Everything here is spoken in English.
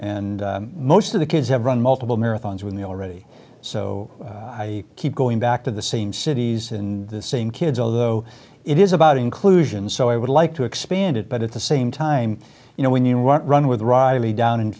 and most of the kids have run multiple marathons when they already so i keep going back to the same cities and the same kids although it is about inclusion so i would like to expand it but at the same time you know when you want run with ravi down in